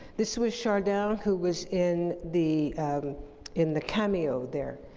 this was chardin, who was in the in the cameo there.